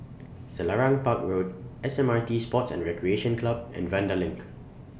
Selarang Park Road S M R T Sports and Recreation Club and Vanda LINK